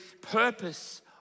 purpose